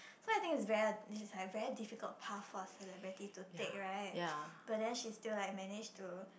so I think it's very it's like very difficult part for celebrity to take right but then she's still like manage to